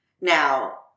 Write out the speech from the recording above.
Now